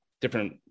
different